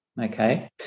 okay